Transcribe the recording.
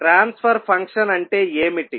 transfer function అంటే ఏమిటి